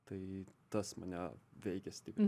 tai tas mane veikia stipriai